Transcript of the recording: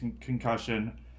concussion